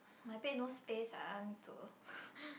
my bed no space ah need to